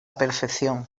perfección